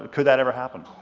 could that ever happen?